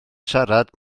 siarad